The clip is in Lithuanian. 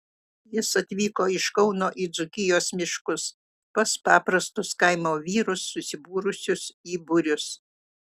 jis atvyko iš kauno į dzūkijos miškus pas paprastus kaimo vyrus susibūrusius į būrius